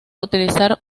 utilizar